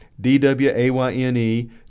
d-w-a-y-n-e